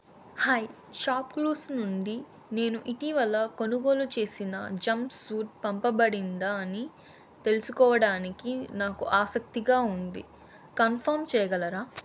hi ShopClues నుండి నేను ఇటీవల కొనుగోలు చేసిన జంప్సూట్ పంపబడిందా అని తెలుసుకోవడానికి నాకు ఆసక్తిగా ఉంది కన్ఫమ్ చేయగలరా